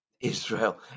israel